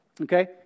Okay